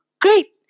Great